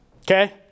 Okay